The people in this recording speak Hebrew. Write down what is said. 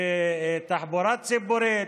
בתחבורה ציבורית,